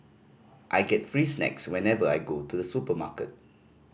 I get free snacks whenever I go to the supermarket